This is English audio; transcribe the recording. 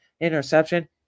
interception